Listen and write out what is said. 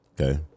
okay